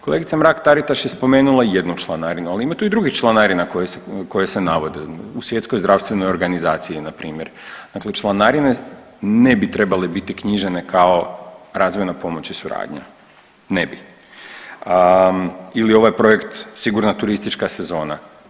Kolegica Mrak Taritaš je spomenula jednu članarinu, ali ima tu i drugih članarina koje se navode u Svjetskoj zdravstvenoj organizaciji npr. dakle, članarine ne bi trebale biti knjižene kao razvojna pomoć i suradnja, ne bi ili ovaj projekt sigurna turistička sezona.